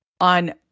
on